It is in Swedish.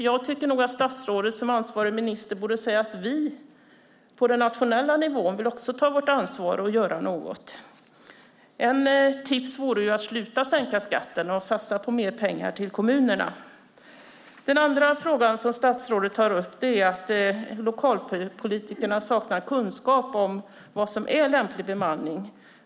Jag tycker nog att statsrådet som ansvarig minister borde säga att vi på den nationella nivån också vill ta vårt ansvar och göra något. Ett tips vore ju att sluta sänka skatten och i stället satsa på mer pengar till kommunerna. Den andra frågan som statsrådet tar upp är att lokalpolitikerna saknar kunskap om vad som är lämplig bemanning.